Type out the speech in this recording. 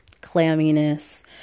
clamminess